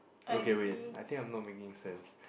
okay wait I think I am not making sense